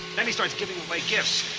then he starts giving away gifts,